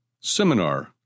Seminar